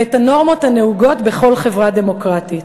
ואת הנורמות הנהוגות בכל חברה דמוקרטית.